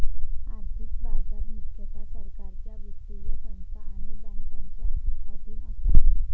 आर्थिक बाजार मुख्यतः सरकारच्या वित्तीय संस्था आणि बँकांच्या अधीन असतात